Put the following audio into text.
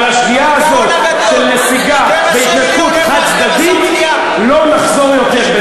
על השגיאה הזאת של נסיגה בהתנתקות חד-צדדית לא נחזור יותר.